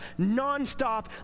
nonstop